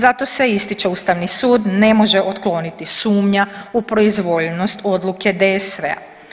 Zato se ističe ustavni sud ne može otkloniti sumnja u proizvoljnost odluke DSV-a.